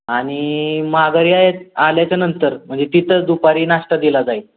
आणि माघांरी याय आल्याच्यानंतर म्हणजे तिथं दुपारी नाश्ता दिला जाईल